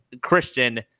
Christian